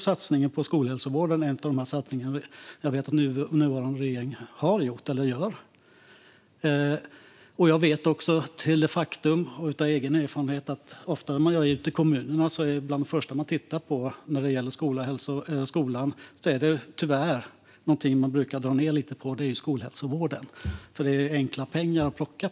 Skolhälsovården är en av de saker jag vet att nuvarande regering satsar på. Jag vet också av egen erfarenhet att bland det första man tittar på ute i kommunerna när det gäller sådant man kan dra ned lite på i skolan finns skolhälsovården. Det är enkla pengar att plocka.